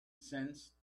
sense